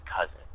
cousin